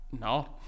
No